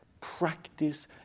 practice